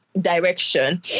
Direction